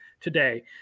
today